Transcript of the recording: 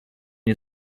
you